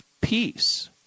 peace